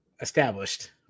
established